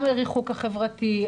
הריחוק החברתי,